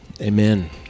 amen